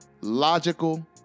logical